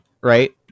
right